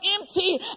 empty